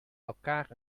elkaar